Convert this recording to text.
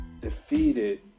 defeated